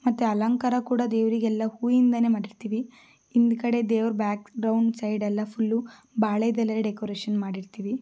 ಮತ್ತು ಅಲಂಕಾರ ಕೂಡ ದೇವರಿಗೆಲ್ಲ ಹೂವಿಂದಾನೇ ಮಾಡಿರ್ತೀವಿ ಹಿಂದುಗಡೆ ದೇವರ ಬ್ಯಾಕ್ಗ್ರೌಂಡ್ ಸೈಡೆಲ್ಲ ಫುಲ್ಲು ಬಾಳೆದೆಲೆ ಡೆಕೊರೇಶನ್ ಮಾಡಿರ್ತೀವಿ